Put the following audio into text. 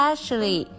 Ashley